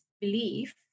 belief